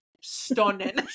Stunning